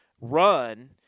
run –